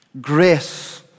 grace